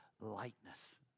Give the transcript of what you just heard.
lightness